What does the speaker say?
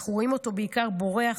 אנחנו רואים אותו בעיקר בורח,